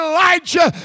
Elijah